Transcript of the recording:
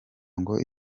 ngo